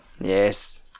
yes